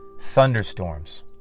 Thunderstorms